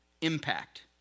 impact